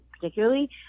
particularly